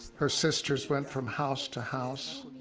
her sisters went from house to house,